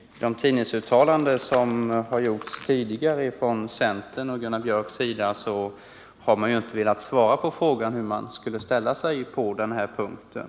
I de tidningsuttalanden som tidigare har gjorts från centerns och Gunnar Björks sida har man inte velat svara på frågan hur man skulle ställa sig till detta ärende.